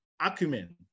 acumen